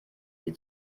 die